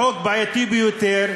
הוא חוק בעייתי ביותר.